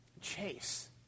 chase